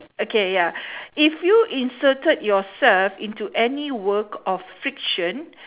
okay ya if you inserted yourself into any work of fiction